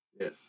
Yes